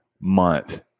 month